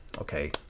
okay